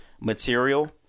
material